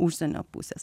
užsienio pusės